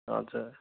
हजुर